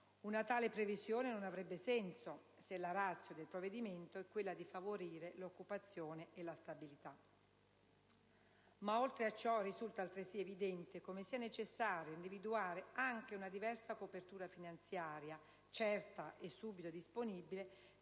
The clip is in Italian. Una tale previsione non avrebbe senso se la *ratio* del provvedimento è quella di favorire l'occupazione e la stabilità. Oltre a ciò, risulta altresì evidente come sia necessario individuare anche una diversa copertura finanziaria, certa e subito disponibile